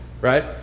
right